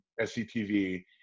SCTV